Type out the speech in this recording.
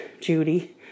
Judy